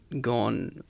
gone